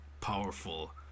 powerful